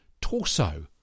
torso